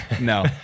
no